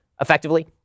effectively